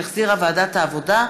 שהחזירה ועדת העבודה,